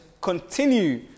continue